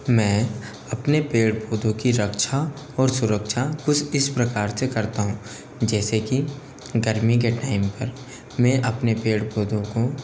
मैं अपने पेड़ पौधों की रक्षा और सुरक्षा कुछ इस प्रकार से करता हूँ जैसे कि गर्मी के टाइम पर मैं अपने पेड़ पौधों को